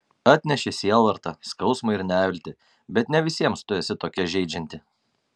atneši sielvartą skausmą ir neviltį bet ne visiems tu esi tokia žeidžianti